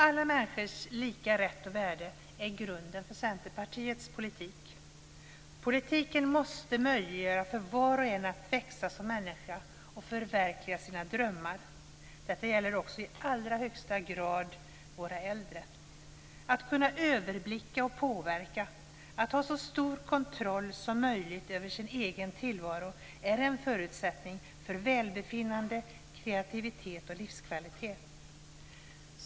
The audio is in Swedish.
Alla människors lika rätt och värde är grunden för Centerpartiets politik. Politiken måste möjliggöra för var och en att växa som människa och att förverkliga sina drömmar. Detta gäller också i allra högsta grad våra äldre. Att kunna överblicka och påverka och att ha så stor kontroll som möjligt över sin egen tillvaro är en förutsättning för välbefinnande, kreativitet och livskvalitet.